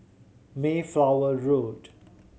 Mayflower Road